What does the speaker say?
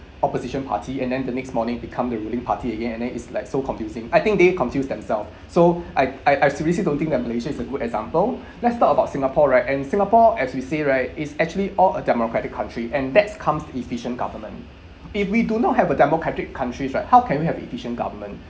opposition party and then the next morning become the ruling party again and then it's like so confusing I think they confused themselves so I I I seriously don't think that malaysia is a good example let's talk about singapore right and singapore as we say right is actually all a democratic country and that's comes efficient government if we do not have a democratic country right how can we have efficient government